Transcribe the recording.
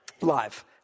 live